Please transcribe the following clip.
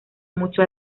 mucho